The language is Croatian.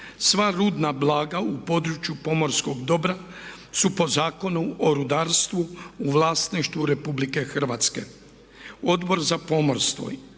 Sva rudna blaga u području pomorskog dobra su po Zakonu o rudarstvu u vlasništvu Republike Hrvatske. Odbor za pomorstvo,